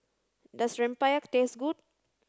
does Rempeyek taste good